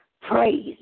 Praise